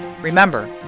Remember